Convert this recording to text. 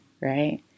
Right